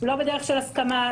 לא בדרך של הסכמה,